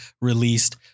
released